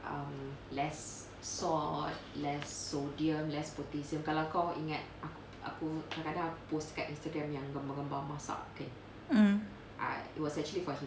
mm